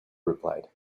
replied